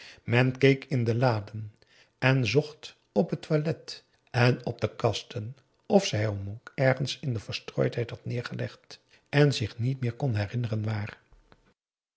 maurits de laden en zocht op het toilet en op de kasten of zij hem ook ergens in verstrooidheid had neergelegd en zich niet meer kon herinneren waar